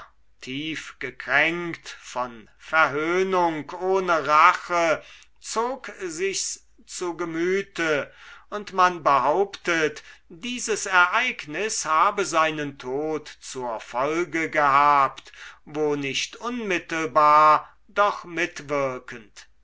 tief gekränkt von verhöhnung ohne rache zog sich's zu gemüte und man behauptet dieses ereignis habe seinen tod zur folge gehabt wo nicht unmittelbar doch mitwirkend